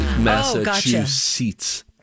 Massachusetts